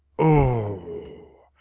oh!